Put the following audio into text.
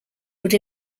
would